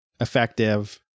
effective